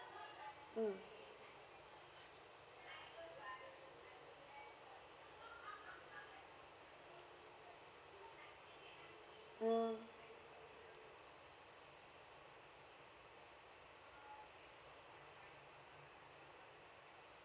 mm mm